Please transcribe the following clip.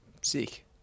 sick